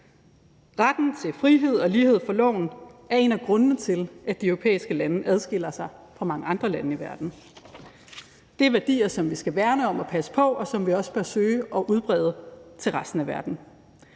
Retten til frihed og lighed for loven er en af grundene til, at de europæiske lande adskiller sig fra mange andre lande i verden. Det er værdier, som vi skal værne om og passe på, og som vi også bør søge at udbrede til resten af verden.